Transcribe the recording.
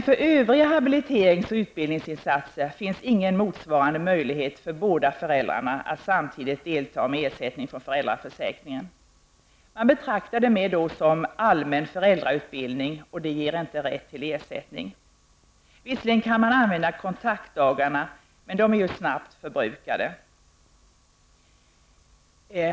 För övriga habiliterings och utbildningsinsatser finns ingen motsvarande möjlighet för båda föräldrarna att samtidigt delta med ersättning från föräldraförsäkringen. Detta betraktas mer som allmän föräldrautbildning, och det ger inte rätt till ersättning. Kontaktdagarna kan visserligen användas, men de är snabbt förbrukade.